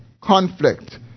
conflict